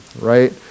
right